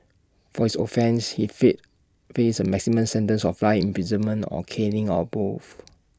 for his offence he faced A maximum sentence of life imprisonment or caning or both